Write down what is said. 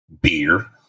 beer